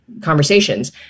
conversations